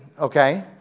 Okay